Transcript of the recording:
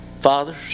fathers